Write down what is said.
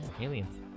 Aliens